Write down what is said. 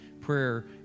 prayer